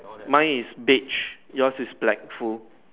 mine is beige yours is black full